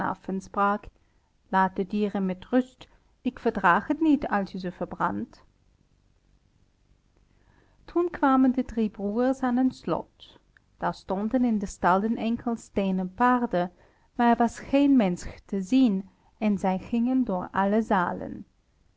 laat die dieren met rust ik verdraag het niet als je ze verbrandt toen kwamen de drie broêrs aan een slot daar stonden in de stallen enkel steenen paarden maar er was geen mensch te zien en zij gingen door alle zalen